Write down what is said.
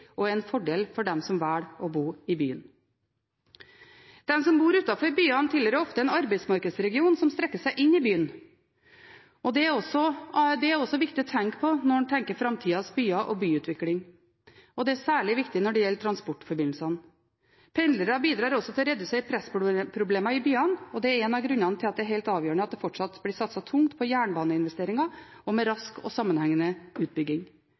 og en fordel for dem som velger å bo i byen. De som bor utenfor byene, tilhører ofte en arbeidsmarkedsregion som strekker seg inn i byen. Det er også viktig å tenke på når man tenker på framtidas byer og byutvikling. Det er særlig viktig når det gjelder transportforbindelsene. Pendlere bidrar også til å redusere pressproblemer i byene, og det er en av grunnene til at det er helt avgjørende at det fortsatt blir satset tungt på jernbaneinvesteringer med rask og sammenhengende utbygging.